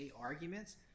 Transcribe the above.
arguments